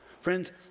Friends